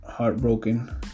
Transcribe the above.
Heartbroken